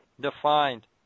defined